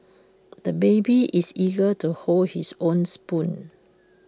the baby is eager to hold his own spoon